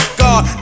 god